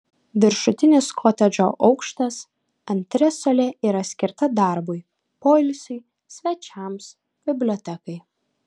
viršutinis kotedžo aukštas antresolė yra skirta darbui poilsiui svečiams bibliotekai